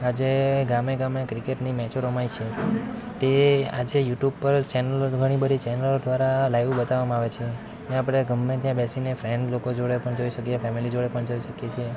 આજે ગામે ગામે ક્રિકેટની મેચો રમાય છે તે આજે યુટ્યુબ પર ચેનલો તો ઘણીબધી ચેનલો દ્વારા લાઈવ બતાવવામાં આવે છે ને આપણે ગમે ત્યાં બેસીને ફ્રેન્ડ લોકો જોડે પણ જોઈ શકીએ ફેમેલી જોડે પણ જોઈ શકીએ છીએ